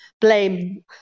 blame